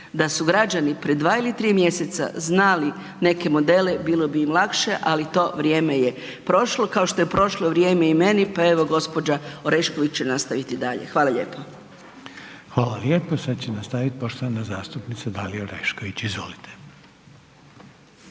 Da su građani prije 2 ili 3 mjeseca znali neke modele bilo bi im lakše, ali to vrijeme je prošlo kao što je prošlo vrijeme i meni, pa evo gospođa Orešković će nastaviti dalje. Hvala lijepo. **Reiner, Željko (HDZ)** Hvala lijepo. Slijedeća …/nerazumljivo/… poštovana zastupnica Dalija Orešković, izvolite.